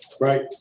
Right